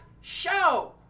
Show